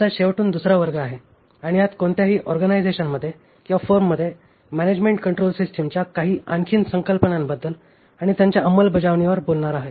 आजचा शेवटून दुसरा वर्ग आहे आणि ह्यात कोणत्याही ऑर्गनायझेशनमध्ये किंवा फर्ममध्ये मॅनॅजमेण्ट कंट्रोल सिस्टीमच्या काही आणखीन संकल्पनांबद्दल आणि त्यांच्या अंमलबजावणीवर बोलणार आहे